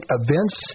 events